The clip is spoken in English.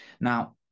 Now